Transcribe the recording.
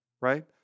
right